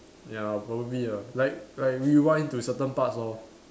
ya probably ah like like rewind to certain parts lor